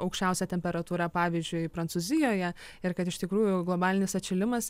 aukščiausia temperatūra pavyzdžiui prancūzijoje ir kad iš tikrųjų globalinis atšilimas